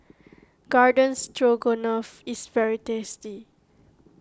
Garden Stroganoff is very tasty